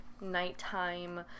nighttime